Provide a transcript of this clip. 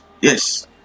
Yes